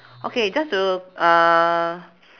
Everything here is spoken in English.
okay just to uh